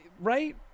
right